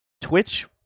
Twitch